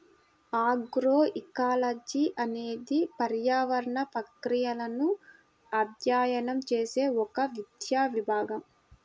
agroecology అనేది పర్యావరణ ప్రక్రియలను అధ్యయనం చేసే ఒక విద్యా విభాగం